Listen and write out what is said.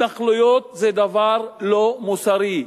התנחלויות זה דבר לא מוסרי.